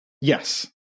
Yes